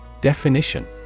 definition